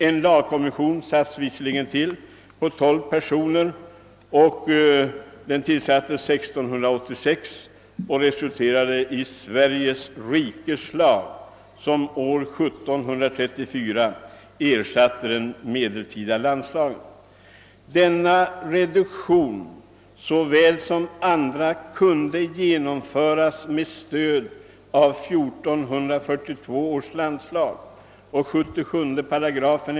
En lagkommission på 12 personer tillsattes visserligen 1686 och resulterade i Sveriges rikes lag av år 1734 som ersatte den medeltida landslagen. Denna reduktion såväl som andra kunde genomföras med stöd av 1442 års landslag.